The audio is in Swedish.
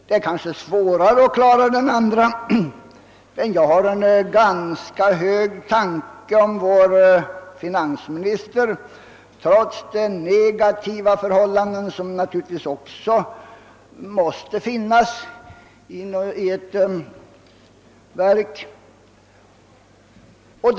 Det är kanske svårare att klara den andra delen, men jag har en ganska hög tanke om vår finansminister, trots de negativa förhållanden som naturligtvis också måste vidlåda varje persons verk.